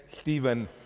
Stephen